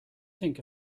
think